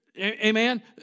Amen